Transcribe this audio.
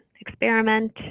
experiment